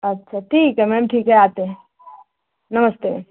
अच्छा ठीक है मैम ठीक है आते हैं नमस्ते